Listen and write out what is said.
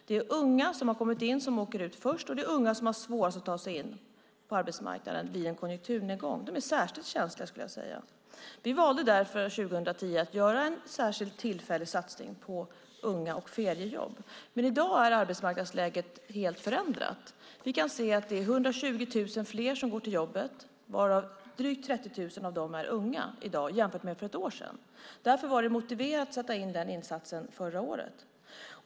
Det är unga som har kommit in som åker ut först, och det är unga som har svårast att ta sig in på arbetsmarknaden vid en konjunkturnedgång. De är särskilt känsliga, skulle jag vilja säga. Vi valde därför 2010 att göra en särskild tillfällig satsning på unga och feriejobb. Men i dag är arbetsmarknadsläget helt förändrat. Vi kan se att det är 120 000 fler som går till jobbet i dag, varav drygt 30 000 är unga, än för ett år sedan. Därför var det motiverat att sätta in den insatsen förra året.